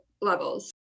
levels